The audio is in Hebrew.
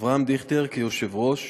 אבי דיכטר כיושב-ראש,